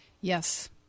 Yes